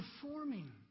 performing